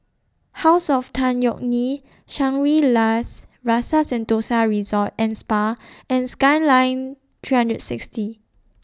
House of Tan Yeok Nee Shangri La's Rasa Sentosa Resort and Spa and Skyline three hundred and sixty